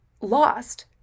lost